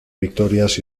victorias